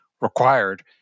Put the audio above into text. required